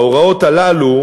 ההוראות הללו,